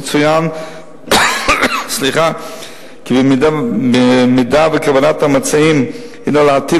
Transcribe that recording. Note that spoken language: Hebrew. יצוין כי אם כוונת המציעים היא להטיל